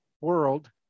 world